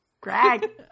Greg